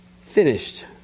finished